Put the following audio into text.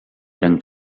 eren